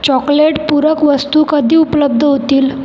chocolate पूरक वस्तू कधी उपलब्ध होतील